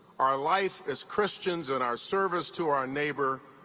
our life as christians, and our service to our neighbor,